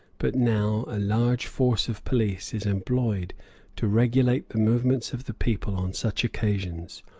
but now a large force of police is employed to regulate the movements of the people on such occasions.